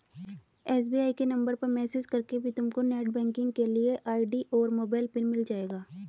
SBI के number पर message करके भी तुमको नेटबैंकिंग के लिए आई.डी और मोबाइल पिन मिल जाएगा